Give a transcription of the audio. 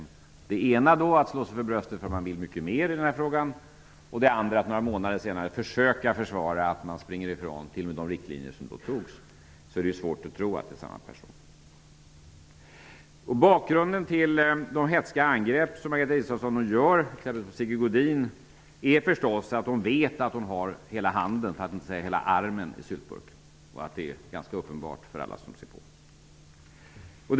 I det ena slår hon sig för bröstet för att socialdemokraterna vill mycket mer i den här frågan, i det andra försöker hon försvara att socialdemokraterna några månader senare springer ifrån t.o.m. de riktlinjer som då antogs. Bakgrunden till Margareta Israelssons hätska angrepp nu på t.ex. Sigge Godin är förstås att hon vet att hon har hela handen, för att inte säga hela armen, i syltburken, och att detta är ganska uppenbart för alla som ser på.